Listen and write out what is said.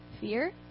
fear